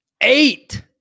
Eight